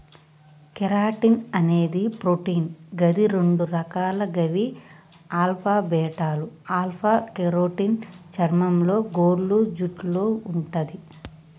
keratin అనేది protein గది రెండు రకాలు గవి ఆల్ఫా, బీటాలు ఆల్ఫ కెరోటిన్ చర్మంలో, గోర్లు, జుట్టులో వుంటది